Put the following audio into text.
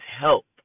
help